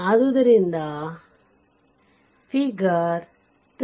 ಆದ್ದರಿಂದ ಫಿಗರ್ 3